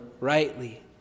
rightly